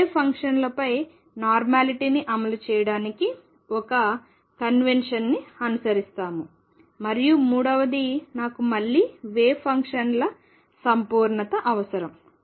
wave ఫంక్షన్లపై నార్మాలిటీని అమలు చేయడానికి ఒక కన్వెన్షన్ ని అనుసరిస్తాను మరియు మూడవది నాకు మళ్లీ వేవ్ ఫంక్షన్ల సంపూర్ణత అవసరం